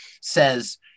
says